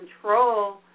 control